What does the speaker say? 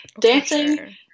dancing